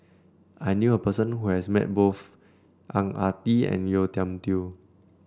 I knew a person who has met both Ang Ah Tee and Yeo Tiam Tiew